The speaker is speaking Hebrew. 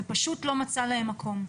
ופשוט לא מצא להם מקום.